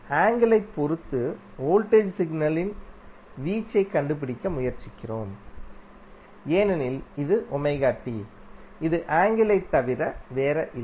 angle ஐப் பொறுத்து voltage சிக்னலின் வீச்சைக் கண்டுபிடிக்க முயற்சிக்கிறோம் ஏனெனில் இது இது ஆங்கிள் ஐத் தவிர வேறில்லை